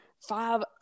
five